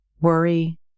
worry